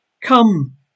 Come